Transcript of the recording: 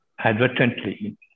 advertently